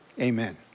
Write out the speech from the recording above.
amen